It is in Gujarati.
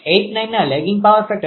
89ના લેગીંગ પાવર ફેક્ટર પર છે